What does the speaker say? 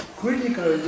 critical